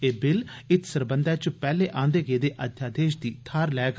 एह बिल इत सरबंधै च पैहले आंदे गेदे अध्यादेश दी थाहर लैग